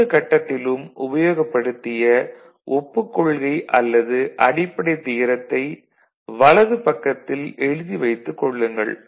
ஒவ்வொரு கட்டத்திலும் உபயோகப்படுத்திய ஒப்புக் கொள்கை அல்லது அடிப்படைத் தியரத்தை வலது பக்கத்தில் எழுதி வைத்துக் கொள்ளுங்கள்